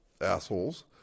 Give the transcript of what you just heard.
assholes